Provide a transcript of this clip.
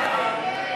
ההסתייגויות לסעיף 13,